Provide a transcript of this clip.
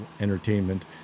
entertainment